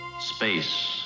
Space